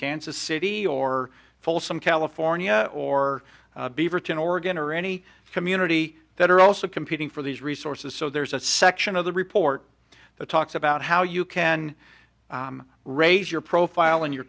kansas city or folsom california or beaverton oregon or any community that are also competing for these resources so there's a section of the report that talks about how you can raise your profile and your